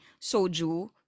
soju